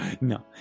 No